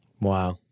Wow